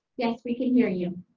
yes we can hear you.